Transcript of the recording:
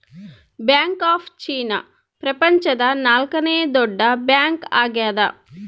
bank of China ಪ್ರಪಂಚದ ನಾಲ್ಕನೆ ದೊಡ್ಡ ಬ್ಯಾಂಕ್ ಆಗ್ಯದ